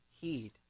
heed